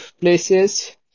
places